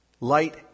Light